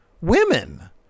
women